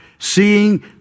seeing